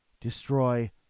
destroy